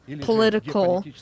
political